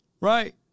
right